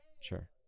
sure